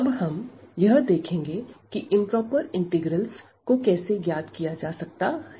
अब हम यह देखेंगे कि इंप्रोपर इंटीग्रल्स को कैसे ज्ञात किया जा सकता है